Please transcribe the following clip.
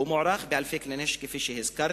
והוא מוערך באלפי כלי נשק, כפי שהזכרתי.